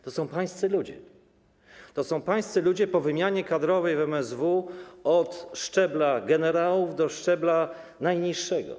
To są pańscy ludzie, to są pańscy ludzie po wymianie kadrowej w MSW od szczebla generałów do szczebla najniższego.